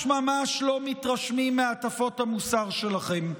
ממש ממש לא מתרשמים מהטפות המוסר שלכם.